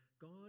God